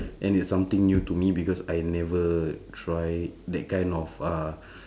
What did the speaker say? and it's something new to me because I never try that kind of uh